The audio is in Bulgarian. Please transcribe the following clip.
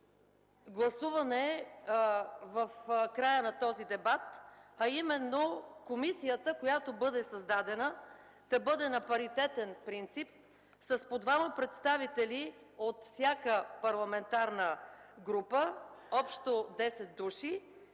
гласуване в края на този дебат, а именно комисията, която бъде създадена, да бъде на паритетен принцип с по двама представители от всяка парламентарна група – общо 10 души,